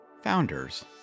founders